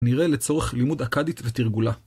נראה לצורך לימוד אכדית ותרגולה.